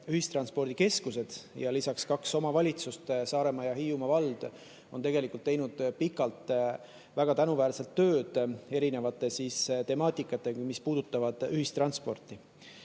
ühistranspordikeskused ja lisaks kaks omavalitsust, Saaremaa ja Hiiumaa vald, on tegelikult teinud pikalt väga tänuväärset tööd nende teemadega, mis puudutavad ühistransporti. Aga